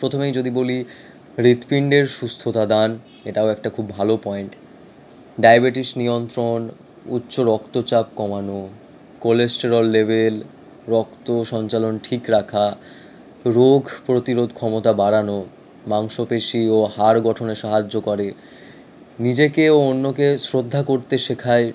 প্রথমেই যদি বলি হৃৎপিণ্ডের সুস্থতা দান এটাও একটা খুব ভালো পয়েন্ট ডায়াবেটিস নিয়ন্ত্রণ উচ্চ রক্তচাপ কমানো কোলেস্টেরল লেভেল রক্ত সঞ্চালন ঠিক রাখা রোগ প্রতিরোধ ক্ষমতা বাড়ানো মাংস পেশি ও হাড় গঠনে সাহায্য করে নিজেকে ও অন্যকে শ্রদ্ধা করতে শেখায়